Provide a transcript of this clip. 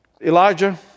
Elijah